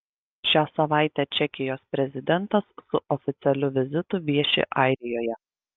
šią savaitę čekijos prezidentas su oficialiu vizitu vieši airijoje